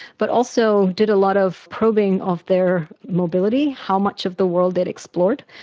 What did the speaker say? but also did a lot of probing of their mobility, how much of the world they had explored,